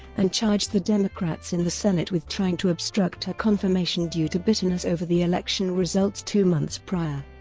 and charged the democrats in the senate with trying to obstruct her confirmation due to bitterness over the election results two months prior.